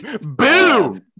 Boom